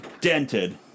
dented